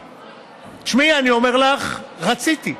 תשמעי, אני אומר לך, רציתי.